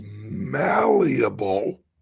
malleable